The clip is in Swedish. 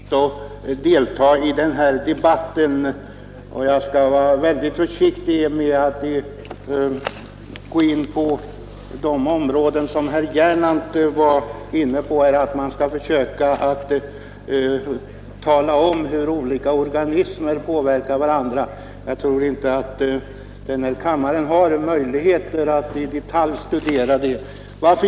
Fru talman! Jag hade inte tänkt delta i den här debatten, och jag skall vara väldigt försiktig med att gå in på de frågor som herr Gernandt var inne på, att man skall försöka tala om hur olika organismer påverkar varandra. Jag tror inte att den här kammaren har möjligheter att i detalj studera det.